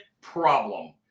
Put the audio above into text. Problem